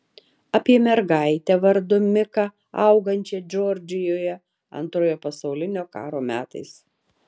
apie mergaitę vardu miką augančią džordžijoje antrojo pasaulinio karo metais